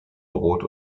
brot